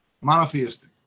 Monotheistic